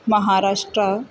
म्हाराष्ट्रा